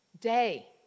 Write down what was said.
day